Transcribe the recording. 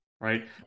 right